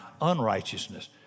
unrighteousness